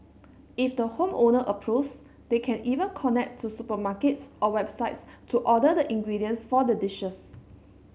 if the home owner approves they can even connect to supermarkets or websites to order the ingredients for the dishes